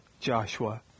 Joshua